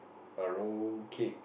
a roll cake